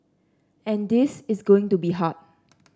and this is going to be hard